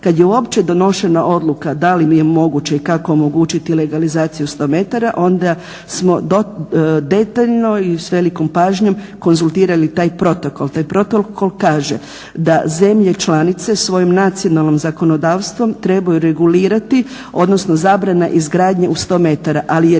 Kad je uopće donošena odluka da li je moguće i kako omogućiti legalizaciju 100 m onda smo detaljno i s velikom pažnjom konzultirali taj protokol. Taj protokol kaže da zemlje članice svojim nacionalnim zakonodavstvom trebaju regulirati, odnosno zabrana izgradnje u 100 m, ali je